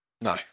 No